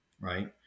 right